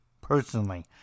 personally